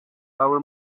our